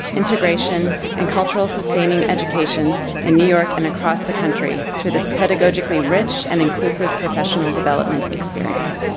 integration and cultural sustaining education in new york and across the country through this pedagogically rich and inclusive professional development experience.